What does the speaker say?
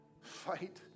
fight